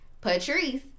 Patrice